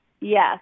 Yes